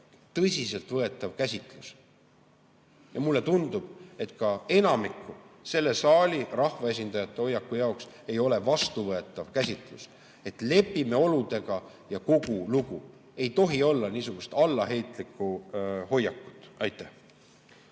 tõsiselt võetav käsitlus. Mulle tundub, et ka enamikule selle saali rahvaesindajatele ei ole vastuvõetav käsitlus, et lepime oludega ja kogu lugu. Ei tohi olla niisugust allaheitlikku hoiakut. Aitäh,